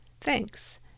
Thanks